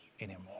anymore